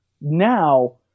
now